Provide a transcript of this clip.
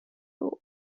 rule